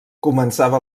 començava